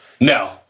No